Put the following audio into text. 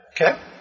Okay